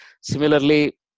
Similarly